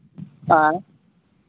आऍं